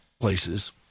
places